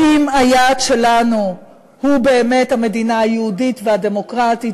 האם היעד שלנו הוא באמת המדינה היהודית והדמוקרטית,